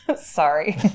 Sorry